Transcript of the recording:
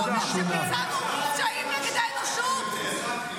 בוא תוציא הצהרה שאתה מוותר על שמירה של צה"ל.